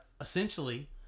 essentially